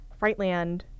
Frightland